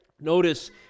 Notice